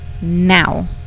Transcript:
Now